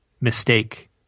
mistake